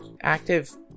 active